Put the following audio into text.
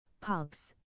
Pubs